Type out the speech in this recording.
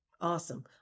Awesome